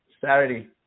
Saturday